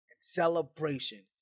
celebration